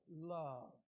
love